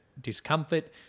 discomfort